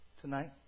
tonight